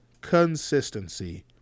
Consistency